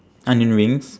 onion rings